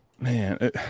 Man